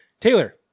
Taylor